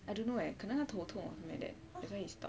I don't know eh 可能他头痛 or something like that that's why he stopped